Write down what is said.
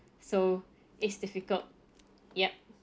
so it's difficult yup